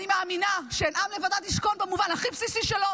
אני מאמינה ש"עם לבדד ישכון" במובן הכי בסיסי שלו,